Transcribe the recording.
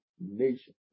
nation